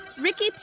Ricky